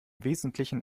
wesentlichen